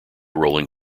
rolling